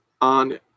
on